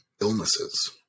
illnesses